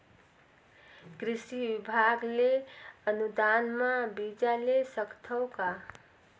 कृषि विभाग ले अनुदान म बीजा ले सकथव का?